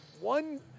one